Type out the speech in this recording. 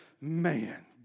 man